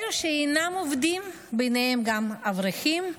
אלו שאינם עובדים, ביניהם גם אברכים,